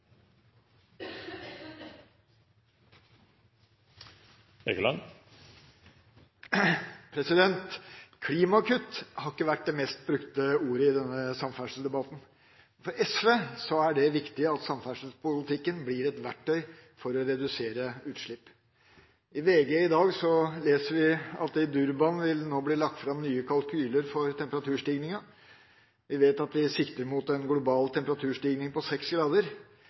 det viktig at samferdselspolitikken blir et verktøy for å redusere utslipp. I VG i dag leser vi at det i Durban nå blir lagt fram nye kalkyler for temperaturstigninga. Vi sikter mot en global temperaturstigning på seks grader,